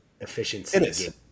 efficiency